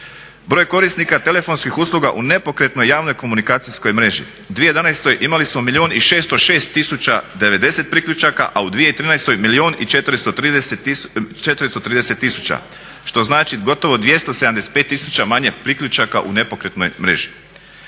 Broj korisnika telefonskih usluga u nepokretnoj javnoj komunikacijskoj mreži – u 2011. imali smo milijun i 606 tisuća 90 priključaka, a u 2013. milijun i 430 tisuća, što znači gotovo 275 tisuća manje priključaka u nepokretnoj mreži.